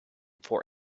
for